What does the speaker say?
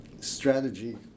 strategy